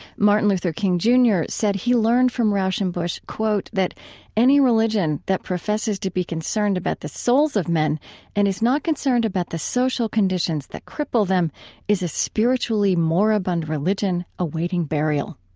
martin luther king jr. said he learned from rauschenbusch, quote, that any religion that professes to be concerned about the souls of men and is not concerned about the, social conditions that cripple them is a spiritually moribund religion awaiting burial.